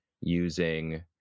using